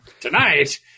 Tonight